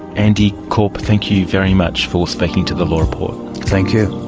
andy corp, thank you very much for speaking to the law report. thank you